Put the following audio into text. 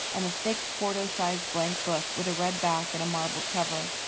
and a thick, quarto-sized blank book with a red back and a marbled cover.